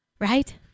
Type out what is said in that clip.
right